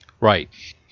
Right